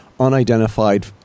unidentified